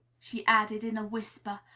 she added in a whisper,